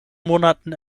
monaten